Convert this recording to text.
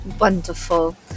Wonderful